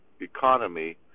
economy